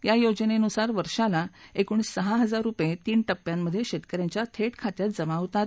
या योजनांनुसार वर्षाला एकूण सहा हजार रुपये तीन टप्प्यामधे शेतकऱ्यांच्या थेट खात्यात जमा होतात